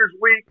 Week